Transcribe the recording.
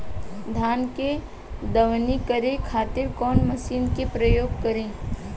धान के दवनी करे खातिर कवन मशीन के प्रयोग करी?